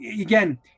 again